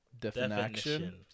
Definition